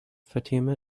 fatima